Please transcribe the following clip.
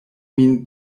min